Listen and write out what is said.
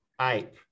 ape